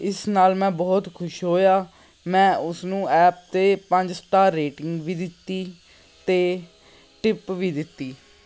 ਇਸ ਨਾਲ ਮੈਂ ਬਹੁਤ ਖੁਸ਼ ਹੋਇਆ ਮੈਂ ਉਸ ਨੂੰ ਐਪ 'ਤੇ ਪੰਜ ਸਟਾਰ ਰੇਟਿੰਗ ਵੀ ਦਿੱਤੀ ਅਤੇ ਟਿਪ ਵੀ ਦਿੱਤੀ